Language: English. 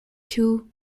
two